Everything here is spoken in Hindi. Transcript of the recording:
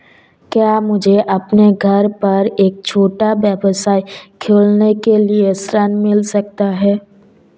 क्या मुझे अपने घर पर एक छोटा व्यवसाय खोलने के लिए ऋण मिल सकता है?